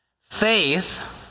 Faith